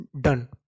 done